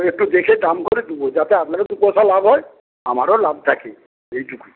একটু দেখে দাম করে দেব যাতে আপনারও দু পয়সা লাভ হয় আমারও লাভ থাকে এইটুকুই